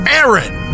Aaron